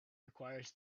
requires